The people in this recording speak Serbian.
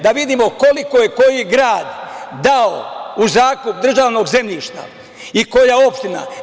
Da vidimo koliko je koji grad dao u zakup državnog zemljišta i koja opština?